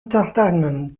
entertainment